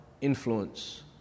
influence